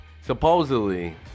supposedly